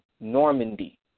Normandy